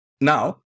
Now